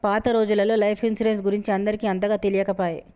పాత రోజులల్లో life insurance గురించి అందరికి అంతగా తెలియకపాయె